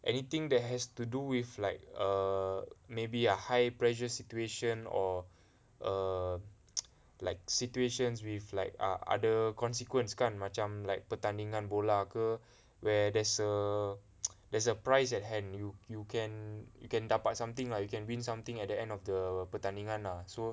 anything that has to do with like err maybe a high pressure situation or err like situations with like other consequence kan macam like pertandingan bola ke where there's a there's a price at hand you you can you can dapat something lah you can win something at the end of the pertandingan ah so